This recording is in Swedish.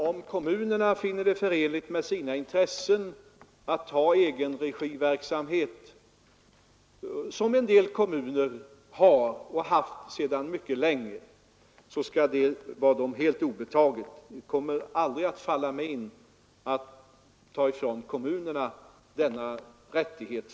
Om kommunerna finner det förenligt med sina intressen att ha egenregiverksamhet som en del kommuner sedan mycket länge haft skall det vara dem helt obetaget. Det kommer aldrig att falla mig in att ta ifrån kommunerna denna rättighet.